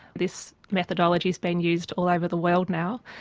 this methodology has been used all over the world now.